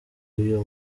y’uyu